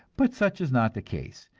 but such is not the case.